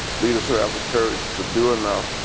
leaders who have the courage to do enough,